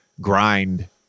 grind